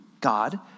God